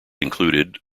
included